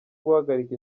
guhagarika